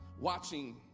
watching